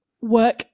work